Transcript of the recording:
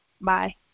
Bye